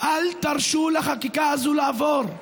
אל תרשו לחקיקה הזאת לעבור.